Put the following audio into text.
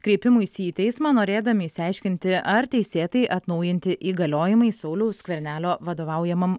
kreipimuisi į teismą norėdami išsiaiškinti ar teisėtai atnaujinti įgaliojimai sauliaus skvernelio vadovaujamam